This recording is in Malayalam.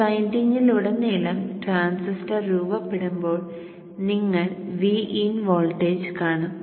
ഈ വിൻഡിംഗിലുടനീളം ട്രാൻസിസ്റ്റർ രൂപപ്പെടുമ്പോൾ നിങ്ങൾ Vin വോൾട്ടേജ് കാണും